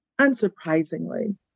unsurprisingly